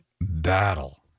battle